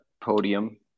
Podium